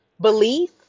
belief